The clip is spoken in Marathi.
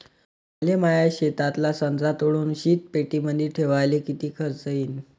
मले माया शेतातला संत्रा तोडून तो शीतपेटीमंदी ठेवायले किती खर्च येईन?